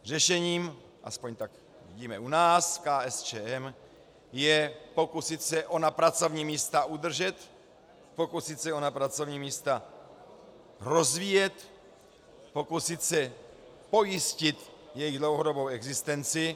Řešením, aspoň tak vidíme u nás v KSČM, je pokusit se ona pracovní místa udržet, pokusit se ona pracovní místa rozvíjet, pokusit se pojistit jejich dlouhodobou existenci.